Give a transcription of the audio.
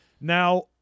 Now